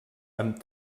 amb